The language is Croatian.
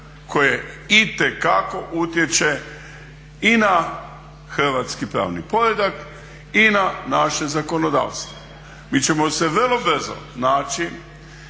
koje itekako utječe i na hrvatski pravni poredak i na naše zakonodavstvo. Mi ćemo se vrlo brzo naći